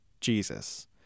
Jesus